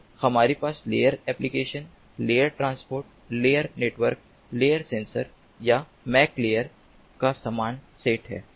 तो हमारे पास layer application layer transport layer network layer sensor या MAC लेयर का समान सेट है